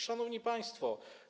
Szanowni Państwo!